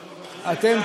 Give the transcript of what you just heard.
אותנו.